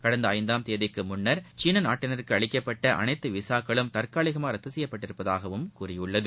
கடந்த இந்தாம் தேதிக்கு முன்னர் சீன நாட்டினருக்கு அளிக்கப்பட்ட அனைத்து விசாக்களும் தற்காலிகமாக ரத்து செய்யப்பட்டுள்ளதாக கூறியுள்ளது